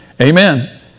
Amen